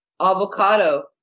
avocado